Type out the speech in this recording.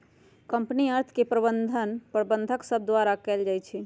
company अर्थ के प्रबंधन प्रबंधक सभ द्वारा कएल जाइ छइ